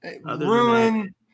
Ruin –